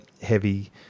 heavy